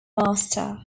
master